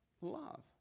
Love